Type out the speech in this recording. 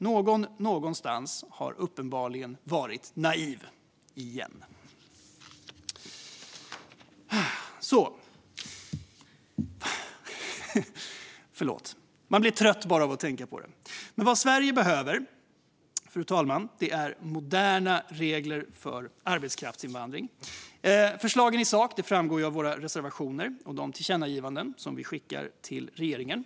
Någon någonstans har uppenbarligen varit naiv - igen. Förlåt att jag suckar, men man blir trött bara av att tänka på det. Vad Sverige behöver, fru talman, är moderna regler för arbetskraftsinvandring. Förslagen i sak framgår av våra reservationer och de tillkännagivanden riksdagen kommer att skicka till regeringen.